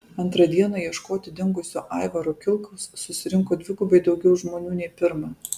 antrą dieną ieškoti dingusio aivaro kilkaus susirinko dvigubai daugiau žmonių nei pirmą